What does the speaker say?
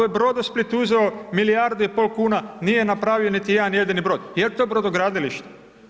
Ako je Brodosplit uzeo milijardu i pol kuna, nije napravio niti jedan jedini brod, je li to brodogradilište?